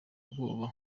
ubwoba